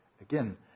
Again